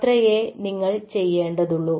അത്രയേ നിങ്ങൾ ചെയ്യേണ്ടതുള്ളൂ